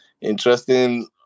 interesting